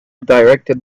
directed